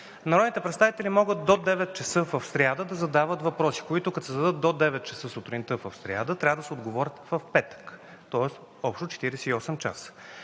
Народните представители могат до 9,00 ч. в сряда да задават въпроси, на които, като се зададат до 9,00 ч. сутринта в сряда, трябва да се отговори в петък, тоест общо 48 часа.